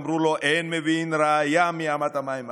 אמרו לו: אין מביאין ראיה מאמת המים".